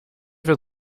für